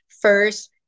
first